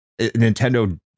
nintendo